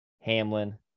Hamlin